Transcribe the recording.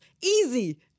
Easy